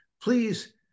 Please